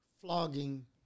flogging